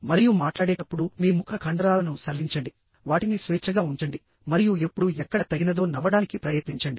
మరియు మాట్లాడేటప్పుడు మీ ముఖ కండరాలను సడలించండి వాటిని స్వేచ్ఛగా ఉంచండి మరియు ఎప్పుడు ఎక్కడ తగినదో నవ్వడానికి ప్రయత్నించండి